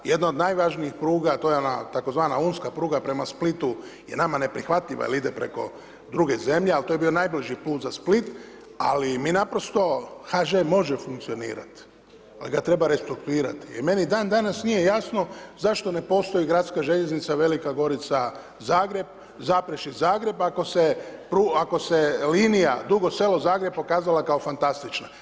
Jedna od najvažnijih pruga to je ona tzv. Unska pruga prema Splitu je nama neprihvatljiva jer ide preko druge zemlje al to je bio najbliži put za Split, ali mi naprosto, HŽ-e može funkcionirati al ga treba restrukturirati i meni dan danas nije jasno zašto ne postoji gradska željeznica Velika Gorica – Zagreb, Zaprešić – Zagreb, ako se linija Dugo Selo – Zagreb pokazala kao fantastična.